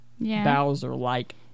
Bowser-like